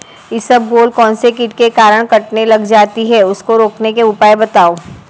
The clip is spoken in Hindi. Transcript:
इसबगोल कौनसे कीट के कारण कटने लग जाती है उसको रोकने के उपाय बताओ?